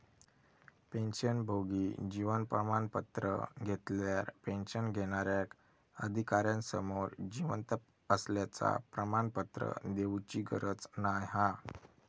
पेंशनभोगी जीवन प्रमाण पत्र घेतल्यार पेंशन घेणार्याक अधिकार्यासमोर जिवंत असल्याचा प्रमाणपत्र देउची गरज नाय हा